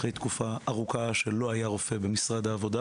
אחרי תקופה ארוכה שלא היה רופא במשרד העבודה